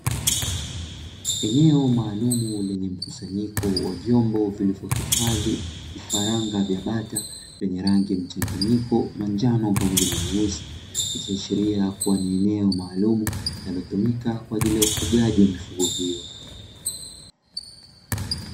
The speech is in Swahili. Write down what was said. Eneo maalumu lenye mkusanyiko wa vyombo vilivyohifadhi vifaranga vya bata; vyenye rangi mchanganyiko manjano pamoja na nyeusi, ikiashiria kuwa ni eneo maalumu linalotumika kwa ajili ufugaji wa mifugo hiyo.